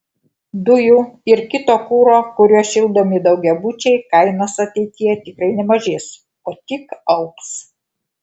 dujų ir kito kuro kuriuo šildomi daugiabučiai kainos ateityje tikrai nemažės o tik augs